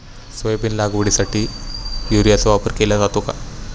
Soybean लागवडीसाठी युरियाचा वापर केला जातो का?